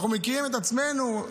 אנחנו מכירים את עצמנו,